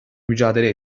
mücadele